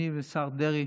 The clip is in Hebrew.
אני והשר דרעי